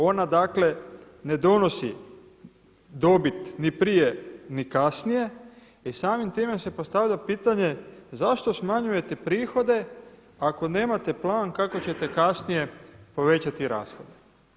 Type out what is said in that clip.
Ona ne donosi dobit ni prije ni kasnije i samim tim se postavlja pitanje zašto smanjujete prihode, ako nemate plan kako ćete kasnije povećati rashode.